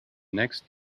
next